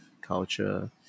culture